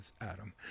Adam